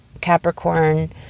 Capricorn